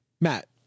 Matt